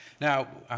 now,